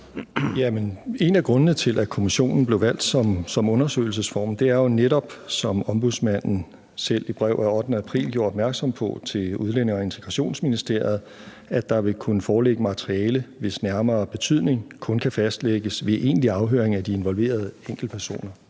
en af grundene til, at kommissionen blev valgt som undersøgelsesform, er jo netop, som Ombudsmanden selv i et brev af 8. april gjorde opmærksom på til Udlændinge- og Integrationsministeriet, at der vil kunne foreligge materiale, hvis nærmere betydning kun kan fastlægges ved egentlig afhøring af de involverede enkeltpersoner.